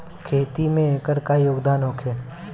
खेती में एकर का योगदान होखे?